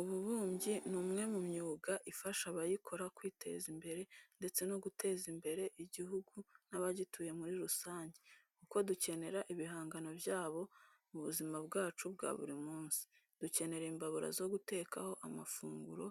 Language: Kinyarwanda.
Ububumbyi ni umwe mu myuga ifasha abayikora kwiteza imbere ndetse no guteza imbere igihugu n'abagituye muri rusange kuko dukenera ibihangano byabo mu buzima bwacu bwa buri munsi. Dukenera imbabura zo gutekaho amafunguro,